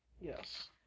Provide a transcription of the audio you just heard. Yes